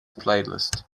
playlist